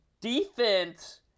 defense